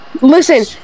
Listen